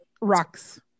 rocks